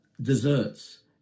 Desserts